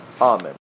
Amen